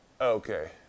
Okay